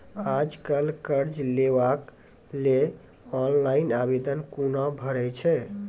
आज कल कर्ज लेवाक लेल ऑनलाइन आवेदन कूना भरै छै?